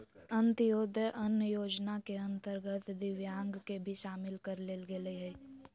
अंत्योदय अन्न योजना के अंतर्गत दिव्यांग के भी शामिल कर लेल गेलय हइ